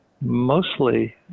Mostly